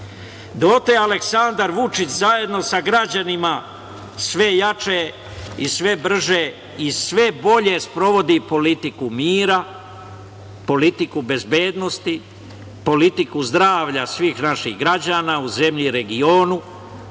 dotle Aleksandra Vučić zajedno sa građanima sve jače i sve brže i sve bolje sprovodi politiku mira, politiku bezbednosti, politiku zdravlja svih naših građana u zemlji i regionu,